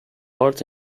art